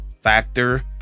factor